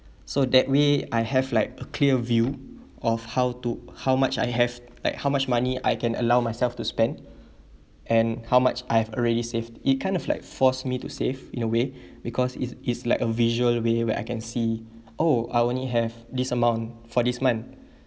so that way I have like a clear view of how to how much I have like how much money I can allow myself to spend and how much I've already saved it kind of like force me to save in a way because it's it's like a visual way where I can see oh I only have this amount for this month